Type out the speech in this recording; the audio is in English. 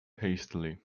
hastily